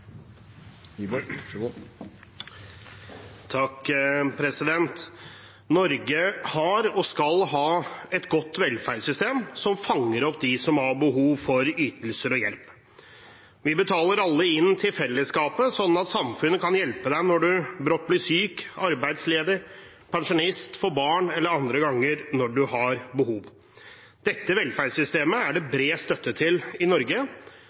Norge har og skal ha et godt velferdssystem, som fanger opp dem som har behov for ytelser og hjelp. Vi betaler alle inn til fellesskapet, slik at samfunnet kan hjelpe en når en brått blir syk, arbeidsledig, pensjonist eller får barn – eller andre ganger når en har behov for hjelp. Dette velferdssystemet har bred støtte